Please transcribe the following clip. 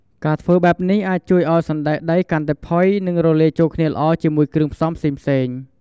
ការធ្វើបែបនេះអាចជួយឱ្យសណ្ដែកដីកាន់តែផុយ និងរលាយចូលគ្នាល្អជាមួយគ្រឿងផ្សំផ្សេងៗ។